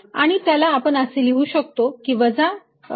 आणि त्याला आपण असे लिहू शकतो की वजा अधिक V